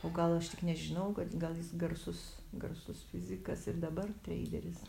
o gal aš tik nežinau gal jis garsus garsus fizikas ir dabar treideris